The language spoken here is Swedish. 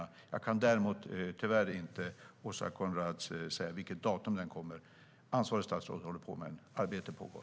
Däremot, Åsa Coenraads, kan jag tyvärr inte säga vilket datum den kommer. Ansvarigt statsråd håller på med den. Arbetet pågår.